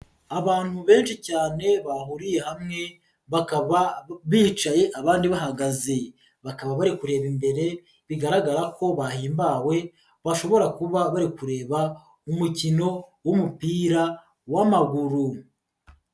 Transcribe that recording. Abantu benshi cyane bahuriye hamwe bakaba bicaye abandi bahagaze, bakaba bari kureba imbere bigaragara ko bahimbawe bashobora kuba bari kureba umukino w'umupira w'amaguru.